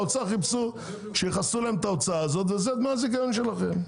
האוצר חיפשו שיכסו להם את ההוצאה הזאת וזה דמי הזיכיון שלכם.